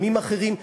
בעמים אחרים,